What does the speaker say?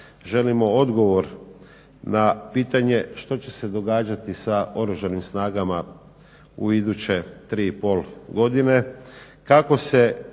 želimo odgovor na pitanje što će se događati sa Oružanim snagama u iduće tri i pol godine